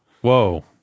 Whoa